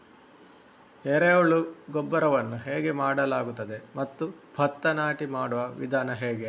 ಎರೆಹುಳು ಗೊಬ್ಬರವನ್ನು ಹೇಗೆ ಮಾಡಲಾಗುತ್ತದೆ ಮತ್ತು ಭತ್ತ ನಾಟಿ ಮಾಡುವ ವಿಧಾನ ಹೇಗೆ?